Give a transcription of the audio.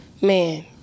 man